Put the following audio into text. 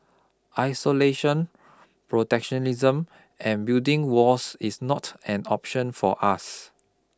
isolation protectionism and building walls is not an option for us